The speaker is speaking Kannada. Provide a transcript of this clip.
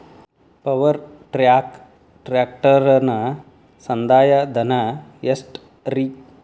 ಪವರ್ ಟ್ರ್ಯಾಕ್ ಟ್ರ್ಯಾಕ್ಟರನ ಸಂದಾಯ ಧನ ಎಷ್ಟ್ ರಿ?